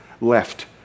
left